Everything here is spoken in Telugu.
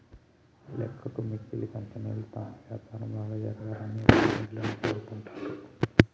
లెక్కకు మిక్కిలి కంపెనీలు తమ వ్యాపారం బాగా జరగాలని ఎప్పుడూ నిధులను కోరుకుంటరు